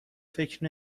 فکر